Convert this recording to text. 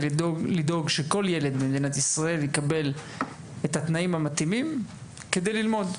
היא לדאוג שכל ילד במדינת ישראל יקבל את התנאים המתאימים כדי ללמוד.